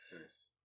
Nice